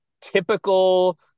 typical